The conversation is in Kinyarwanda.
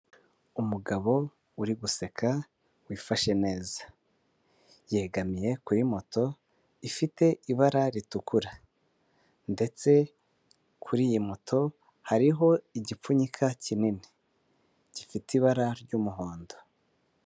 Umugabo uri guseka wifashe neza, yegamiye kuri moto ifite ibara ritukura ndetse kuri iyi moto hariho igipfunyika kinini gifite ibara ry'umuhondo.